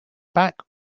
back